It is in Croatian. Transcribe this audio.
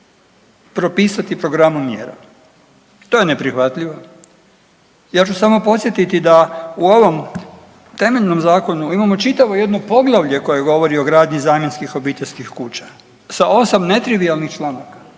zgrada propisati programom mjera. To je neprihvatljivo. Ja ću samo podsjetiti da u ovom temeljnom zakonu imamo čitavo jedno poglavlje koje govori o gradnji zamjenskih obiteljskih kuća sa 8 netrivijalnih članaka.